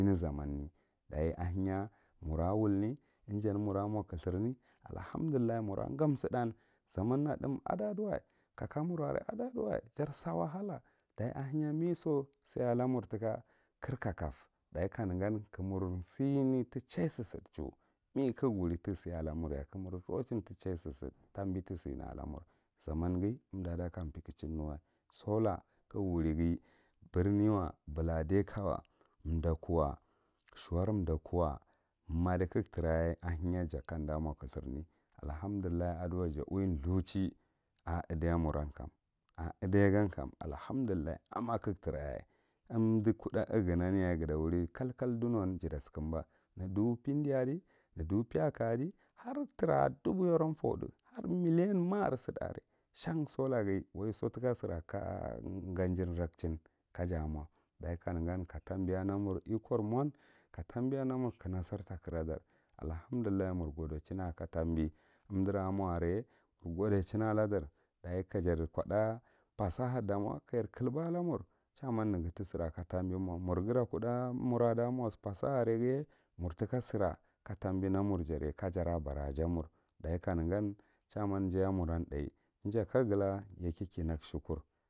Zamonne dachi aheya mur wulne iian mur mo kthurme allahamdulahi mur ngam suddan zaman na thum a daduwa kaka mur are asasuwa jar sa wahala dachi acheya meso si alamur tika kirkakaf dachi kanegan kammur sine tiehususuda tabi tih sina lamur zamaneghi umdko da kam pekuehinewa, sola kaghe wurighi nirnewa uladekawa dakwa ghuwa dakwa madi kagha trayaye aheya ja kan undam o kuthirne allahamdullahi aduway ja uwithuw che a ideya mur a ideya gan kam allahamdulla a ma kaghe trayaye undi kudda mugllin yaye gata wuri kalkal dunuwa jata sukunba ne duɓu pendi adi neduɓu peyaku a di har tra a duɓu yarou foudu han million ma kir fourdu shan sdaahi waiso sira ka gangen rakehining ka ja mio dachi ka ne ka tabiya n amur ikkor mon ka tabi n amur ka nandar ta kara dar allahamdullahi mur gudechin a tambi umdura a mo are mur goddechim aladar daye ka jar kodda pasaha damo ka gar kilba alamar chaiman nega tiswa ka tabi ma, mur ghira kuda mura da mo pasaha ar ghiye mur tika sira ka tabi n amur jarye ka kara ɓara a jamur duchi ka negan chaiman jay amur tha ija kagla, yake ki mage sukur.